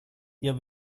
jag